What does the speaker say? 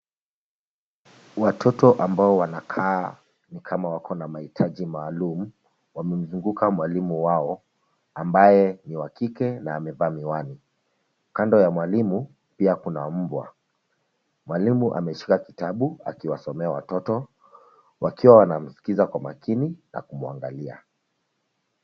Watoto ambao wanakaa ni kama wako na mahitaji maalum wamemzunguka mwalimu wao ambaye ni wa kike na amevaa miwani. Kando ya mwalimu, pia kuna mbwa. Mwalimu ameshika kitabu akiwasomea watoto wakiwa wanamskiza kwa makini na kumwaangalia.